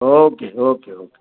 okay okay okay